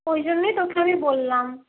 ওই জন্যই তোকে আমি বললাম